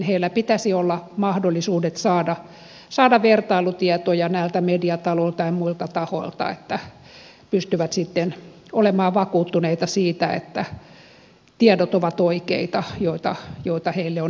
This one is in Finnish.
heillä pitäisi olla mahdollisuudet saada vertailutietoja näiltä mediataloilta ja muilta tahoilta niin että pystyvät sitten olemaan vakuuttuneita siitä että tiedot joita heille on ilmoitettu ovat oikeita